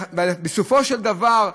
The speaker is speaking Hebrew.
בסופו של דבר,